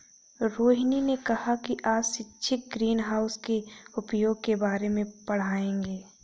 रोहिनी ने कहा कि आज शिक्षक ग्रीनहाउस के उपयोग के बारे में पढ़ाएंगे